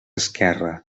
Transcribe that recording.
esquerre